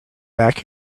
back